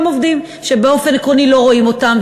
עובדים שבאופן עקרוני לא רואים אותם,